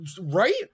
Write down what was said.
right